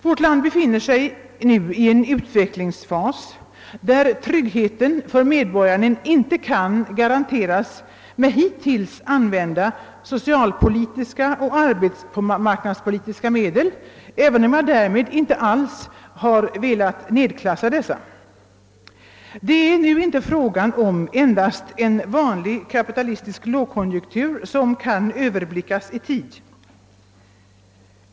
Vårt land befinner sig nu i en utvecklingsfas där tryggheten för medborgaren inte kan garanteras med hittills använda socialpolitiska och arbetsmarknadspolitiska medel; därmed har jag inte alls velat nedklassa dessa. Det är nu inte fråga om endast en vanlig kapitalistisk lågkonjunktur, som kan överblickas i tiden.